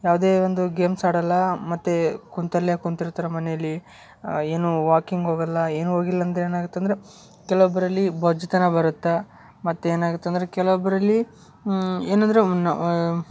ಯಾವುದೇ ಒಂದು ಗೇಮ್ಸ್ ಆಡಲ್ಲ ಮತ್ತು ಕುಂತಲ್ಲೆ ಕುಂತಿರ್ತಾರೆ ಮನೆಯಲ್ಲಿ ಏನು ವಾಕಿಂಗ್ ಹೋಗಲ್ಲ ಏನು ಹೋಗಿಲ್ಲಂದರೆ ಏನಾಗತ್ತಂದರೆ ಕೆಲವೊಬ್ರಲ್ಲಿ ಬೊಜ್ತನ ಬರತ್ತೆ ಮತ್ತು ಏನಾಗತ್ತಂದರೆ ಕೆಲವೊಬ್ಬರಲ್ಲಿ ಏನಂದರೆ ನಾ